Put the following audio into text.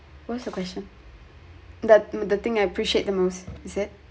what's the question the the thing I appreciate the most is it